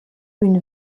une